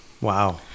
Wow